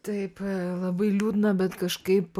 taip labai liūdna bet kažkaip